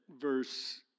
verse